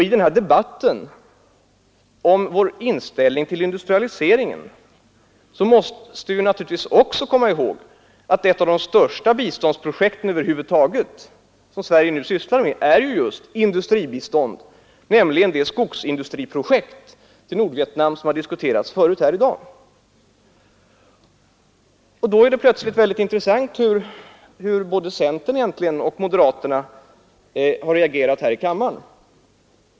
I debatten om vår inställning till industrialiseringen måste vi också komma ihåg att ett av de största biståndsprojekten över huvud taget som Sverige sysslar med är just industribistånd, nämligen det skogsindustriprojekt i Nordvietnam som har diskuterats förut i dag. Då blir det intressant att se hur både centern och moderaterna har agerat här i kammaren. Då vänder man argumentationen.